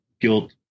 guilt